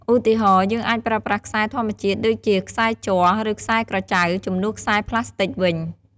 ឧទាហរណ៍ យើងអាចប្រើប្រាស់ខ្សែធម្មជាតិ ដូចជាខ្សែជ័រ ឬខ្សែក្រចៅ ជំនួសខ្សែប្លាស្ទិកវិញ។